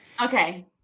Okay